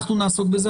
אנחנו נעסוק בזה.